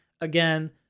Again